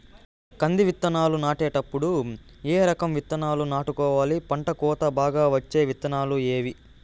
కంది విత్తనాలు నాటేటప్పుడు ఏ రకం విత్తనాలు నాటుకోవాలి, పంట కోత బాగా వచ్చే విత్తనాలు ఏవీ?